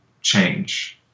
change